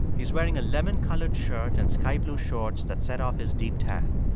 he's wearing a lemon-colored shirt and sky-blue shorts that set off his deep tan.